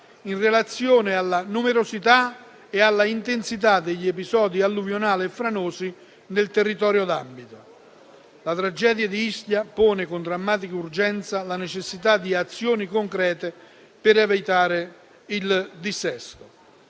in relazione alla numerosità e all'intensità degli episodi alluvionali e franosi nel territorio d'ambito. La tragedia di Ischia pone con drammatica urgenza la necessità di azioni concrete per evitare il dissesto.